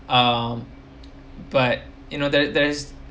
um but you know there there's